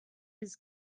his